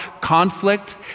conflict